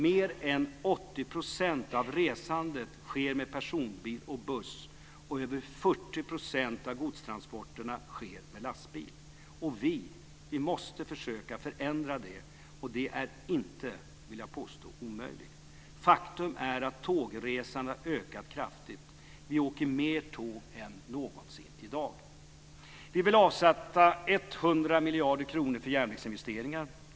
Mer än 80 % av resandet sker med personbil, och buss och över 40 % av godstransporterna sker med lastbil. Vi måste försöka förändra det. Jag vill påstå att det inte är omöjligt. Faktum är att tågresandet har ökat kraftigt. Vi åker i dag mer tåg är någonsin. Regeringen vill avsätta 100 miljoner för järnvägsinvesteringar.